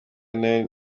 nayo